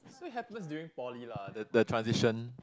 so it happens during Poly lah the the transition